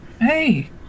hey